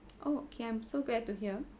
oh okay I'm so glad to hear